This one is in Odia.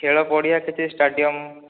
ଖେଳ ପଡ଼ିଆ କିଛି ଷ୍ଟାଡିଅମ୍